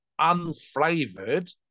unflavored